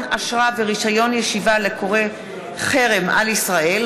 אשרה ורישיון ישיבה לקורא לחרם על ישראל),